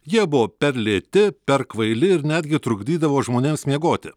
jie buvo per lėti per kvaili ir netgi trukdydavo žmonėms miegoti